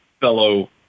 fellow